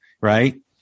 right